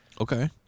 Okay